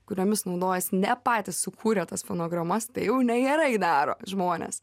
kuriomis naudojasi ne patys sukūrė tas fonogramas tai jau negerai daro žmonės